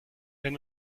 wenn